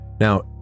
Now